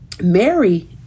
Mary